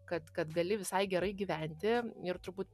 kad kad gali visai gerai gyventi ir turbūt